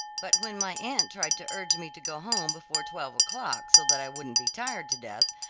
but when my aunt tried to urge me to go home before twelve o'clock so that i wouldn't be tired to death,